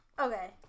Okay